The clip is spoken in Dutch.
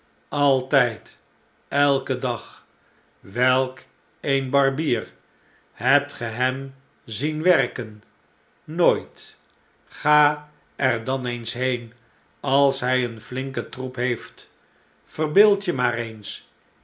altijd elken dag welk een barbier hobt ge hem zien werken nooit ga er dan eens heen als htj een flinken troep heeft yerbeeld je maar eens